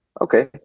Okay